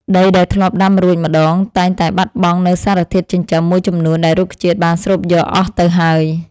ដីដែលធ្លាប់ដាំរួចម្តងតែងតែបាត់បង់នូវសារធាតុចិញ្ចឹមមួយចំនួនដែលរុក្ខជាតិបានស្រូបយកអស់ទៅហើយ។